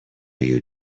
you